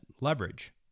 leverage